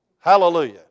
Hallelujah